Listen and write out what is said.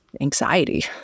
anxiety